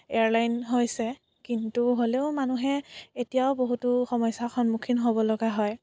বা এয়াৰলাইন হৈছে কিন্তু হ'লেও মানুহে এতিয়াও বহুতো সমস্যাৰ সন্মুখীন হ'ব লগা হয়